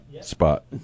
spot